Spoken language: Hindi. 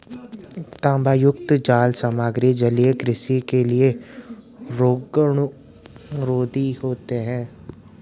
तांबायुक्त जाल सामग्री जलीय कृषि के लिए रोगाणुरोधी होते हैं